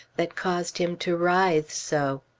that caused him to writhe so.